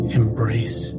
embrace